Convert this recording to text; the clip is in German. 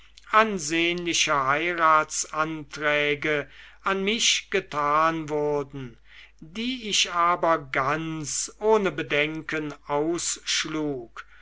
ansehnliche heiratsanträge an mich getan wurden die ich aber ganz ohne bedenken ausschlug